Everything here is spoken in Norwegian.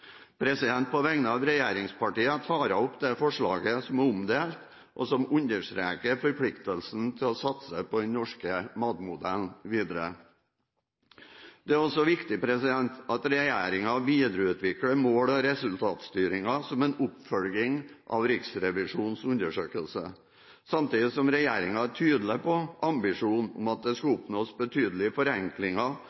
På vegne av regjeringspartiene tar jeg opp det forslaget som er omdelt, og som understreker forpliktelsen til å satse på den norske matmodellen videre. Det er også viktig at regjeringen videreutvikler mål- og resultatstyringen, som en oppfølging av Riksrevisjonens undersøkelse – samtidig som regjeringen er tydelig på ambisjonen om at det skal